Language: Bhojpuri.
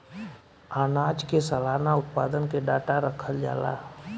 आनाज के सलाना उत्पादन के डाटा रखल जाला